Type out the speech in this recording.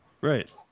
Right